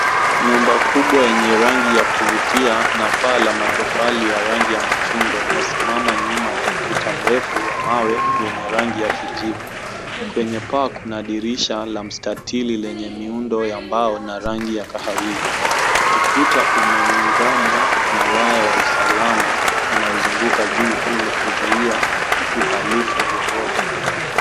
Nyumba kubwa yenye rangi ya kuvutia na paa la matofali ya rangi ya machungwa, imesimama nyuma ya ukuta mrefu wa mawe wenye rangi ya kijivu. Kwenye paa kuna dirisha la mstatili lenye miundo ya mbao na rangi ya kahawia. Ukuta umeungamwa na waya wa usalama unaozunguka juu ili kuzuia uhalifu wowote.